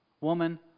woman